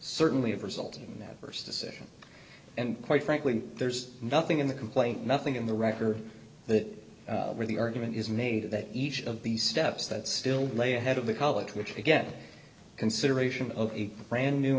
certainly of result in that st decision and quite frankly there's nothing in the complaint nothing in the record that the argument is made that each of these steps that still lay ahead of the college which again consideration of a brand new